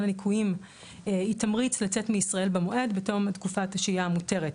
ליקויים היא תמריץ לצאת מישראל בתום תקופת השהייה המותרת.